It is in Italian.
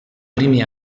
primi